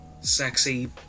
sexy